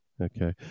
okay